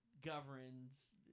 governs